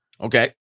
Okay